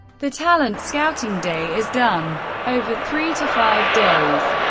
the talent scouting day is done over three to five days.